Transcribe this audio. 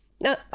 no